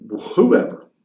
whoever